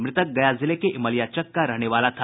मृतक गया जिले के इमलियाचक का रहने वाला था